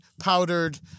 powdered